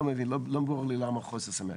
לא מבין, לא ברור לי למה חוסר סימטריה.